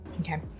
Okay